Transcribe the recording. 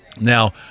Now